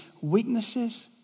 weaknesses